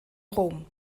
rom